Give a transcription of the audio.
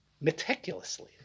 meticulously